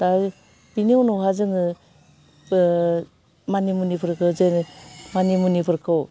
दा बेनि उनावहा जोङो ओह मानि मुनिफोरखो जोङो मानि मुनिफोरखौ